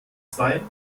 zwei